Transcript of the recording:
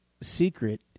secret